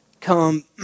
come